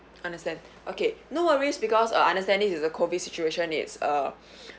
understand okay no worries because uh understand this is the COVID situation it's uh